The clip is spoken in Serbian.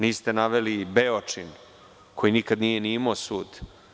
Niste naveli i Beočin koji nikada nije ni imao sud.